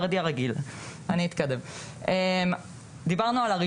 משרד החינוך רנית בודאי-היימן מנכ"לית מיתרים ללי